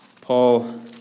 Paul